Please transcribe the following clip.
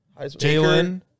Jalen